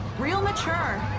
real mature.